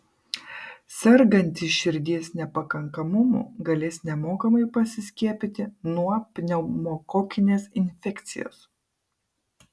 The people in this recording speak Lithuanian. sergantys širdies nepakankamumu galės nemokamai pasiskiepyti nuo pneumokokinės infekcijos